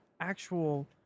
actual